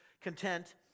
content